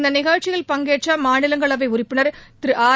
இந்த நிகழ்ச்சியில் பங்கேற்ற மாநிலங்களவை உறுப்பினர் ஆர்